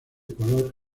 color